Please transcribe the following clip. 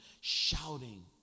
shouting